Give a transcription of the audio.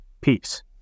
peace